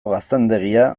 gaztandegia